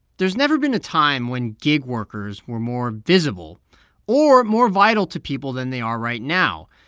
there's never been a time when gig workers were more visible or more vital to people than they are right now.